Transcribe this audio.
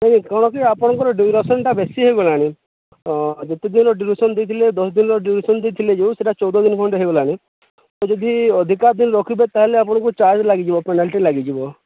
ନାଇଁ କ'ଣ କି ଆପଣଙ୍କର ଡ଼୍ୟୁରେସନ୍ଟା ବେଶୀ ହେଇଗଲାଣି ଯେତେ ଦିନର ଡ଼୍ୟୁରେସନ୍ ଦେଇଥିଲେ ଦଶ ଦିନର ଡ଼୍ୟୁରେସନ୍ ଦେଇଥିଲେ ଯେଉଁ ସେଟା ଚଉଦ ଦିନ ଖଣ୍ଡେ ହୋଇଗଲାଣି ଯଦି ଅଧିକା ଦିନ ରଖିବେ ତାହେଲେ ଆପଣଙ୍କୁ ଚାର୍ଜ୍ ଲାଗିଯିବ ପେନାଲ୍ଟି ଲାଗିଯିବ